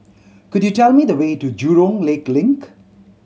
could you tell me the way to Jurong Lake Link